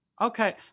okay